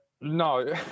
No